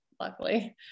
luckily